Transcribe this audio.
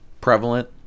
prevalent